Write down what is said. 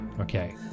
okay